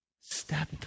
step